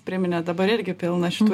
priminėt dabar irgi pilna šitų